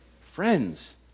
Friends